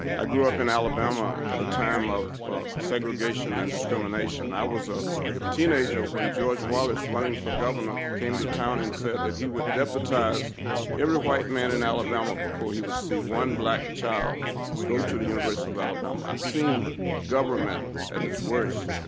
i grew up in alabama at a time of segregation and discrimination. i was a teenager when george wallace, running for governor, came to town and said that he would deputize every white man in and alabama before he would see one black child go to the university of alabama. i've seen government at its worst.